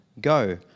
Go